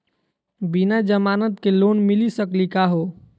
बिना जमानत के लोन मिली सकली का हो?